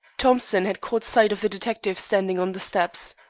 thompson had caught sight of the detective standing on the steps.